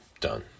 done